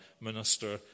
minister